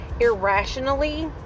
irrationally